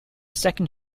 second